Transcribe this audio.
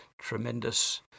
tremendous